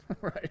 right